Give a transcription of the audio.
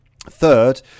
Third